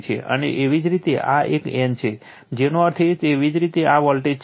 અને એવી જ રીતે આ એક n છે જેનો અર્થ તેવી જ રીતે આ વોલ્ટેજ છે